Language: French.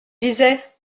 disais